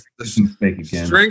Strength